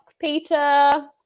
Peter